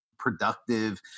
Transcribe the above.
productive